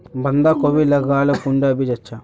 बंधाकोबी लगाले कुंडा बीज अच्छा?